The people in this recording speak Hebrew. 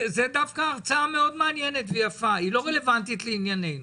זאת דווקא הרצאה מאוד מעניינת ויפה אבל היא לא רלוונטית לענייננו.